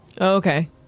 Okay